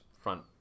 front